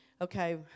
Okay